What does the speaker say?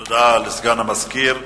תודה לסגן המזכיר,